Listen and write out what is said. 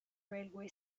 railway